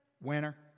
winner